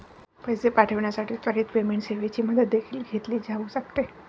पैसे पाठविण्यासाठी त्वरित पेमेंट सेवेची मदत देखील घेतली जाऊ शकते